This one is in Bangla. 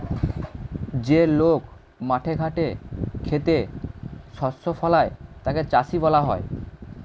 যে লোক মাঠে ঘাটে খেতে শস্য ফলায় তাকে চাষী বলা হয়